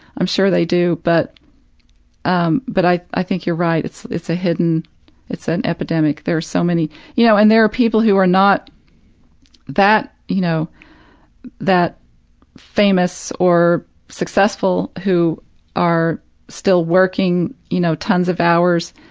i'm sure they do but um but i i think you're right, it's it's a hidden it's an epidemic, there are so many you know, and there are people who are not that, you know that famous or successful who are still working you know, tons of hours,